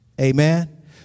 Amen